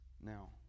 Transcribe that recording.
Now